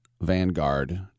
Vanguard